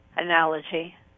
analogy